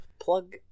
plug